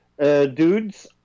Dudes